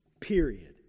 Period